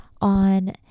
on